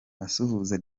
asuhuza